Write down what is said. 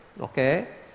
Okay